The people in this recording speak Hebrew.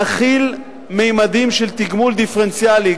נחיל ממדים של תגמול דיפרנציאלי,